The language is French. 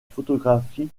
photographie